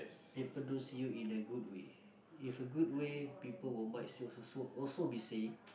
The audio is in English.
people don't see you in a good way if a good way people will might also also be saying